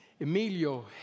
Emilio